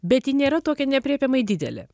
bet ji nėra tokia neaprėpiamai didelė